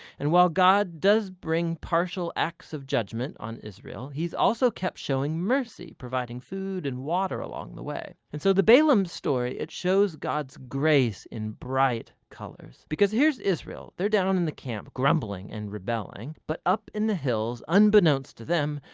and while god does bring partial acts of judgment on israel, he's also kept showing mercy, providing food and water along the way. and so the balaam story, it shows god's grace in bright colors because here's israel they're down on the camp grumbling and rebelling but up in the hills, unbeknownst to them,